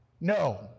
No